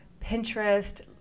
Pinterest